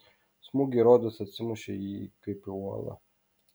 smūgiai rodos atsimušė į jį kaip į uolą